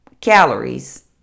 calories